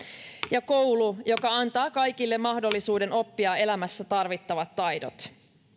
ja koulu joka antaa kaikille mahdollisuuden oppia elämässä tarvittavat taidot